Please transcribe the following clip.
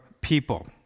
people